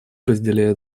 разделяют